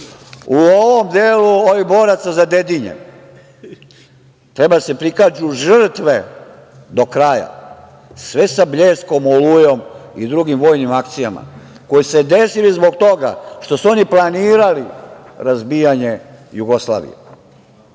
ovom delu boraca za Dedinje treba da se prikažu žrtve do kraja, sve sa "Bljeskom", "Olujom" i drugim vojnim akcijama, koje su se desile zbog toga što su oni planirali razbijanje Jugoslavije. Ovi